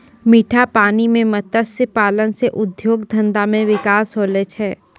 मीठा पानी मे मत्स्य पालन से उद्योग धंधा मे बिकास होलो छै